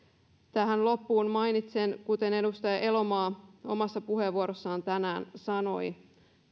tähän loppuun mainitsen kuten edustaja elomaa omassa puheenvuorossaan tänään sanoi että